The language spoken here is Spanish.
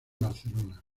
barcelona